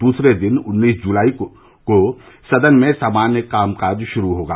दूसरे दिन उन्नीस जुलाई से सदन में सामान्य काम काज षुरू होगा